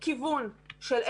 אין כיוון של איך,